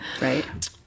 Right